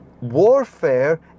warfare